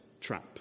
trap